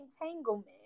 entanglement